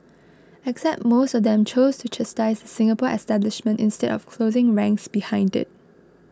except most of them chose to chastise Singapore establishment instead of closing ranks behind it